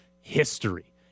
history